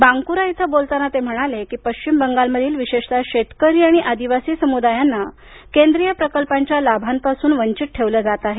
बांकुरा इथं बोलताना ते म्हणाले की पश्चिम बंगालमधील विशेषतः शेतकरी आणि आदिवासी समुदायांना केंद्रीय प्रकल्पांच्या लाभांपासून वंचित ठेवलं जात आहे